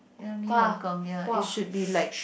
ya Mee Hong-Kong ya it should be like